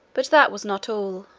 but that was not all,